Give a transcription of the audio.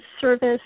service